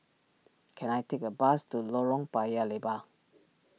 can I take a bus to Lorong Paya Lebar